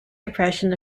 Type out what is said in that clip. depression